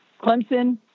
Clemson